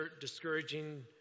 discouraging